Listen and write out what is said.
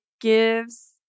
gives